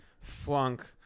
flunk